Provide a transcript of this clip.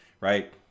right